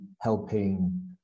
helping